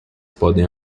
podem